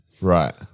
Right